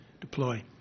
deploy